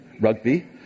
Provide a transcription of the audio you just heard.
rugby